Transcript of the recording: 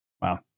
Wow